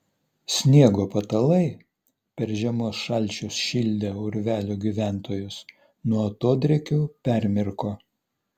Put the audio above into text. sniego patalai per žiemos šalčius šildę urvelių gyventojus nuo atodrėkių permirko